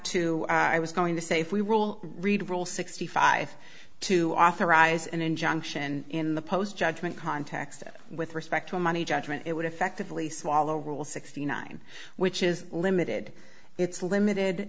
to i was going to say if we will read rule sixty five to authorize an injunction in the post judgment context with respect to money judgment it would effectively swallow rule sixty nine which is limited it's